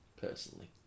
personally